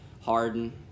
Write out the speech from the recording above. Harden